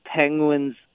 penguins